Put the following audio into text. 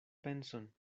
penson